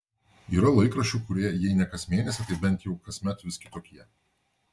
yra laikraščių kurie jei ne kas mėnesį tai bent jau kasmet vis kitokie